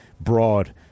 broad